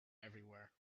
everywhere